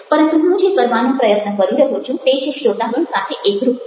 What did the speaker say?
પરંતુ હું જે કરવાનો પ્રયત્ન કરી રહ્યો છું તે છે શ્રોતાગણ સાથે એકરૂપ થાઓ